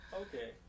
okay